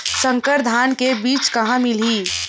संकर धान के बीज कहां मिलही?